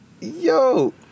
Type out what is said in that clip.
Yo